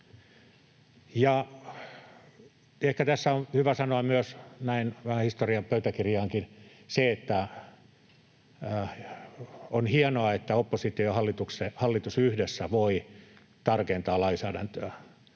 Ehkä tässä on hyvä sanoa myös näin vähän historian pöytäkirjaankin se, että on hienoa, että oppositio ja hallitus yhdessä voivat tarkentaa lainsäädäntöä,